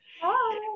Hi